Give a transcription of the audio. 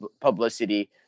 publicity